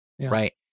Right